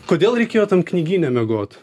kodėl reikėjo tam knygyne miegot